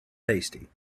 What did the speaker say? tasty